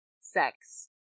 sex